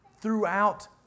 Throughout